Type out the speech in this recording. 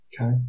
Okay